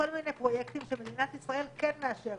כל מיני פרויקטים שמדינת ישראל כן מאשרת,